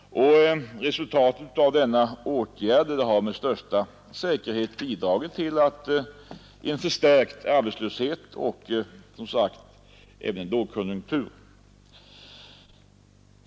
Och resultatet av denna åtgärd har med största sannolikhet varit att den bidragit till en förstärkt arbetslöshet och som sagt även lågkonjunktur.